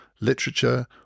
literature